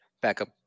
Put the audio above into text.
backup